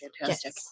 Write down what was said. fantastic